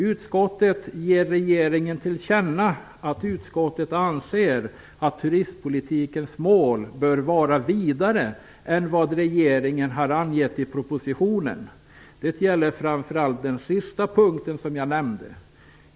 Utskottet ger regeringen till känna att utskottet anser att turistpolitikens mål bör vara vidare än vad regeringen har angett i propositionen. Det gäller framför allt den sista punkten som jag nämnde.